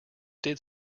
did